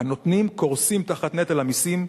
הנותנים קורסים תחת נטל המסים,